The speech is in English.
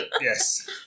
Yes